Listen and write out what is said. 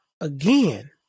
again